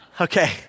Okay